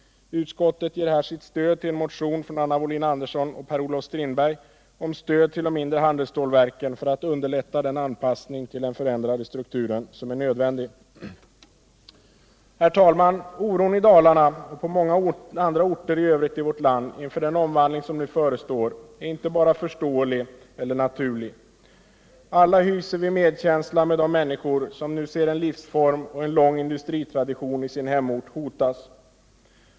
Utskottet ger här sitt stöd till en motion av Anna Wohlin-Andersson och Per-Olof Strindberg om stöd till de mindre handelsstålverken för att underlätta den anpassning till den förändrade strukturen som är nödvändig. Herr talman! Oron i Dalarna och på många andra håll i vårt land inför den omvandling som förestår är inte bara förståelig eller naturlig. Alla hyser vi medkänsla med de människor som nu ser en livsform och en lång industritradition i sin hemort hotas.